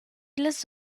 las